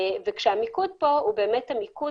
כשהמיקוד הוא המיקוד